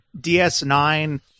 DS9